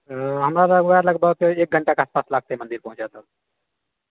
हमरा तऽ भए जाएत लगभग एक घण्टाके आसपास लागतै मन्दिर पहुँचए धरि